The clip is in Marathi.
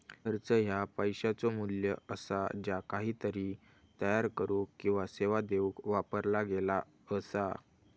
खर्च ह्या पैशाचो मू्ल्य असा ज्या काहीतरी तयार करुक किंवा सेवा देऊक वापरला गेला असा